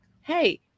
Hey